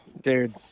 Dude